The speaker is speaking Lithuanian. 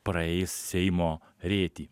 praeis seimo rėtį